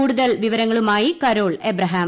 കൂടുതൽ വിവരങ്ങളുമായി Carol Abraham